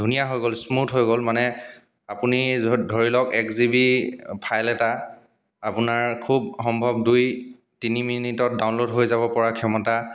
ধুনীয়া হৈ গ'ল স্মুথ হৈ গ'ল মানে আপুনি ধৰি লওক এক জি বি ফাইল এটা আপোনাৰ খুব সম্ভৱ দুই তিনি মিনিটত ডাউনল'ড হৈ যাব পৰা ক্ষমতা